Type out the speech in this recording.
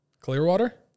Clearwater